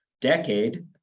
decade